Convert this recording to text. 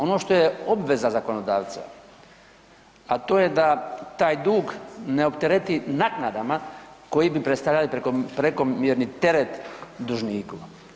Ono što je obveza zakonodavca, a to je da taj dug ne optereti naknadama koji bi predstavljali prekomijerni teret dužniku.